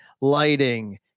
lighting